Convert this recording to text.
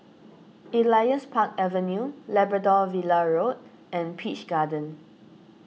Elias Park Avenue Labrador Villa Road and Peach Garden